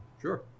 sure